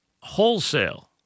wholesale